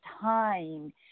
time